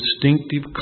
distinctive